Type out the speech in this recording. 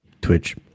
Twitch